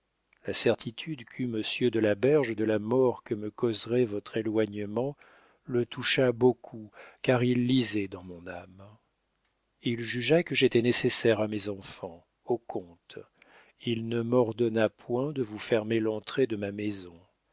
la certitude qu'eut monsieur de la berge de la mort que me causerait votre éloignement le toucha beaucoup car il lisait dans mon âme il jugea que j'étais nécessaire à mes enfants au comte il ne m'ordonna point de vous fermer l'entrée de ma maison